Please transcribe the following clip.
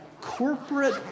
corporate